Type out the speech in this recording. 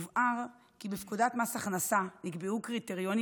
יובהר כי בפקודת מס הכנסה נקבעו קריטריונים